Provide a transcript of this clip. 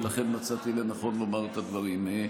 ולכן מצאתי לנכון לומר את הדברים.